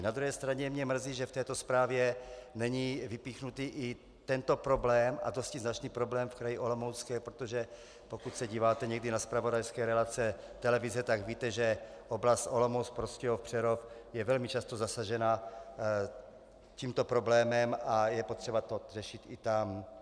Na druhé straně mě mrzí, že v této zprávě není vypíchnutý i tento problém, a to dosti značný problém, v kraji Olomouckém, protože pokud se díváte někdy na zpravodajské relace televize, tak víte, že oblast Olomouc Prostějov Přerov je velmi často zasažena tímto problémem a je třeba to řešit i tam.